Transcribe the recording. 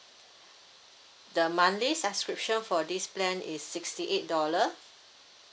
the monthly subscription for this plan is sixty eight dollar